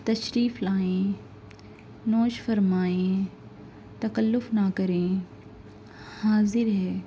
تشریف لائیں نوش فرمائیں تکلّف نہ کریں حاضر ہے